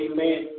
Amen